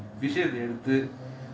விஷயத்த எடுத்து:vishayatha eduthu